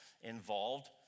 involved